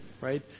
right